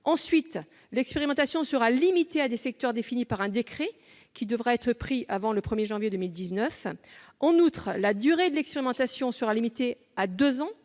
Ensuite, elle sera limitée à des secteurs définis par un décret qui devrait être pris avant le 1 janvier 2019. En outre, la durée de l'expérimentation sera réduite à deux ans